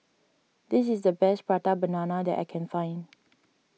this is the best Prata Banana that I can find